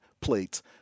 plates